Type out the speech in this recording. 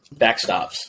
backstops